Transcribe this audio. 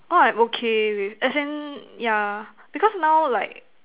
orh I'm okay with as in yeah because now like